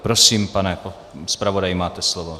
Prosím, pane zpravodaji, máte slovo.